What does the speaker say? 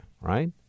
right